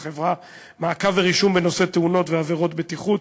מעקב ורישום בנושא תאונות ועבירות בטיחות,